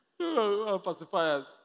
pacifiers